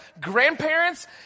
grandparents